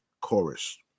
chorus